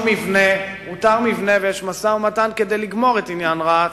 מבנה ויש משא-ומתן כדי לגמור את עניין רהט